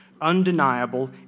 Undeniable